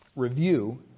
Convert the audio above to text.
review